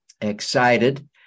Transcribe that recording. excited